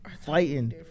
fighting